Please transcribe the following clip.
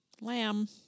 lamb